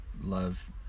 love